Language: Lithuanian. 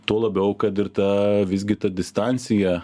tuo labiau kad ir ta visgi ta distancija